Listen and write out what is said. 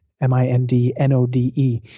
M-I-N-D-N-O-D-E